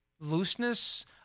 looseness